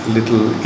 little